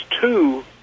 two